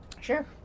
Sure